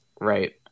Right